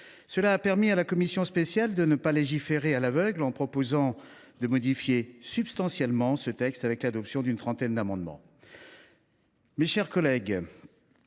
Cela a permis à la commission spéciale de ne pas légiférer à l’aveugle et de proposer de modifier substantiellement ce texte par l’adoption d’une trentaine d’amendements. J’ai fait adopter